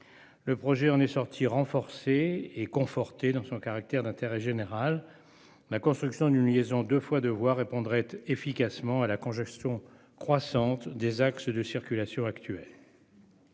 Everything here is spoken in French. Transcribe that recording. Le projet en est sorti renforcé et conforté dans son caractère d'intérêt général. La construction d'une liaison 2 fois 2 voies répondrait efficacement à la congestion croissante des axes de circulation actuel.